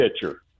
pitcher